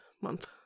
month